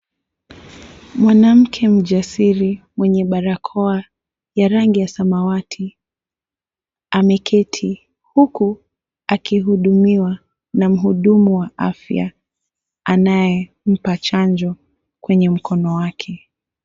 Mwanamke mjasiri mwenye barakoa ya rangi ya samawati ameketi huku akihudumiwa na mhudumu wa afya anayempa chanjo kwenye mkono wake.